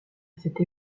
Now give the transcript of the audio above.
cette